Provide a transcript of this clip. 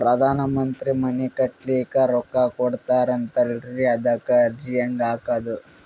ಪ್ರಧಾನ ಮಂತ್ರಿ ಮನಿ ಕಟ್ಲಿಕ ರೊಕ್ಕ ಕೊಟತಾರಂತಲ್ರಿ, ಅದಕ ಅರ್ಜಿ ಹೆಂಗ ಹಾಕದು?